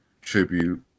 tribute